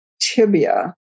tibia